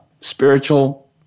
spiritual